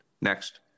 Next